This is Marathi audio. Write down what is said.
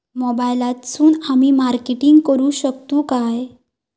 मोबाईलातसून आमी मार्केटिंग करूक शकतू काय?